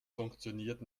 funktioniert